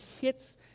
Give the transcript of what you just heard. hits